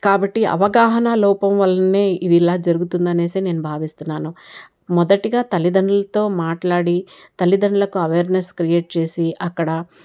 కాబట్టి అవగాహన లోపం వలనే ఇది ఇలా జరుగుతుందనేసి నేను భావిస్తున్నాను మొదటిగా తల్లిదండ్రులతో మాట్లాడి తల్లిదండ్రులకు అవేర్నెస్ క్రియేట్ చేసి అక్కడ